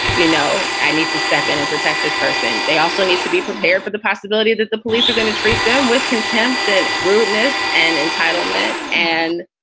you know, i need to step in and protect this person. they also need to be prepared for the possibility that the police are going to treat them with contempt and rudeness and entitlement and.